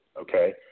Okay